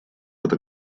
эта